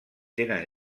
tenen